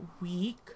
week